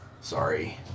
Sorry